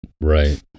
Right